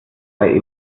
sei